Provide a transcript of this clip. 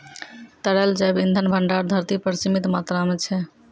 तरल जैव इंधन भंडार धरती पर सीमित मात्रा म छै